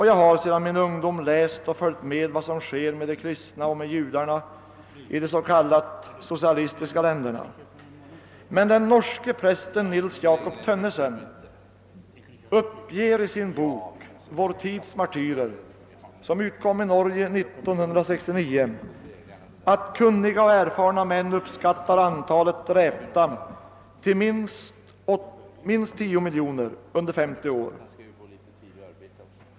Jag har sedan ungdomen läst och följt med vad som sker med de kristna och med judarna i de s.k. socialistiska länderna. Men den norske prästen Nils Jakob Tönnesen uppger i sin bok »Vår tids martyrer» som utkom i Norge 1969, att kunniga och erfarna män uppskattar antalet dräpta till minst tio miljoner under femtio år.